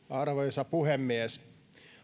arvoisa puhemies